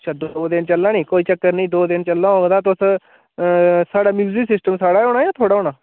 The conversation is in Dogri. छड्डो दो दिन चलना निं कोई चक्कर निं दो दिन चलना होग तां तुस साढ़ा म्युजिक सिस्टम साढ़ा होना जां थुआढ़ा होना